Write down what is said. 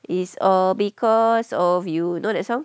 it's all because of you you know that song